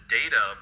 data